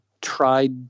tried